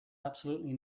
absolutely